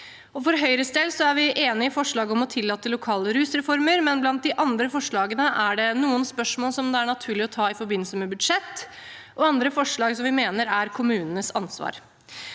For Høyres del er vi enig i forslaget om å tillate lokale rusreformer, men blant de andre forslagene er det noen spørsmål det er naturlig å ta i forbindelse med budsjettet, og andre forslag vi mener er kommunenes ansvar.